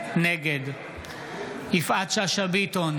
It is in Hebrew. נגד יפעת שאשא ביטון,